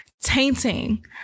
tainting